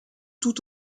tout